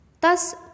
thus